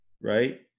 right